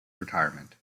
retirement